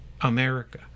America